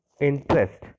interest